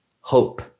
hope